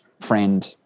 friend